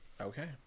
Okay